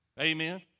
Amen